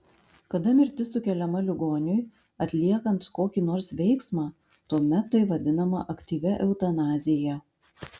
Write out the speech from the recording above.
kada mirtis sukeliama ligoniui atliekant kokį nors veiksmą tuomet tai vadinama aktyvia eutanazija